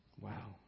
Wow